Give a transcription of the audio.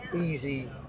easy